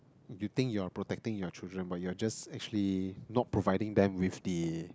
you think you are protecting your children but you are just actually not providing them with the